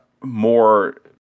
more